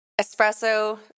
espresso